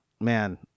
man